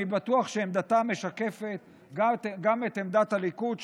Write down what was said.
אני בטוח שעמדתה משקפת גם את עמדת הליכוד,